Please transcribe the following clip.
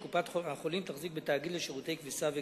שקופת-החולים תחזיק בתאגיד לשירותי כביסה וגיהוץ.